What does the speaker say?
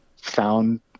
found